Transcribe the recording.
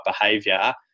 behavior